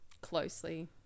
closely